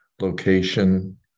location